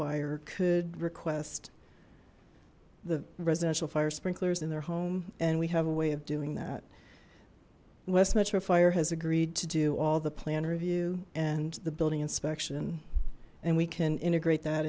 buyer could request the residential fire sprinklers in their home and we have a way of doing that in west metro fire has agreed to do all the plan review and the building inspection and we can integrate that